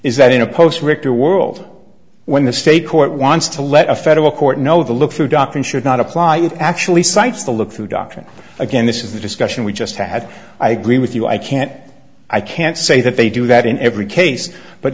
is that in a post richter world when the state court wants to let a federal court know the look through doctrine should not apply it actually cites the look through doctrine again this is the discussion we just have i agree with you i can't i can't say that they do that in every case but